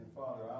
Father